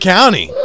County